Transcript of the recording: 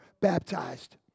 baptized